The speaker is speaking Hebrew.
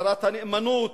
הצהרת הנאמנות.